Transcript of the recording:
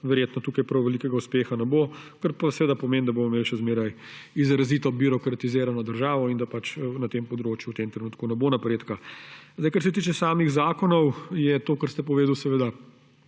Verjetno tukaj prav velikega uspeha ne bo, kar pa seveda pomeni, da bomo imeli še zmeraj izrazito birokratizirano državo in da na tem področju v tem trenutku ne bo napredka. Kar se tiče samih zakonov, je to, kar ste povedali, seveda